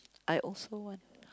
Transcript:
I also want